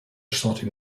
starting